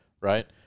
right